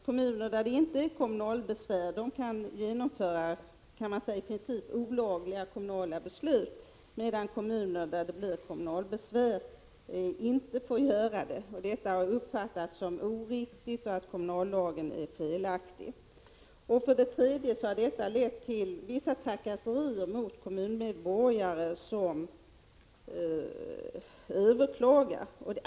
Kommuner där det inte förekommer kommunalbesvär kan genomföra i princip olagliga kommunala beslut, medan kommuner där det anförs kommunalbesvär inte får göra det. Detta har uppfattats som oriktigt och som att kommunallagen är felaktig. Det har också lett till vissa trakasserier mot kommunmedborgare som överklagar.